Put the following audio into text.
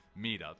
meetup